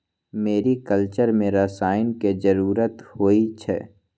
mariculture में रसायन के जरूरत होई छई